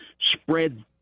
spread